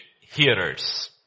hearers